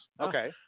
okay